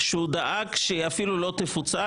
שהוא דאג שהיא אפילו לא תפוצל,